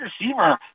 receiver